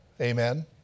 Amen